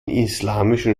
islamischen